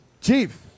Chief